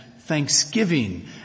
thanksgiving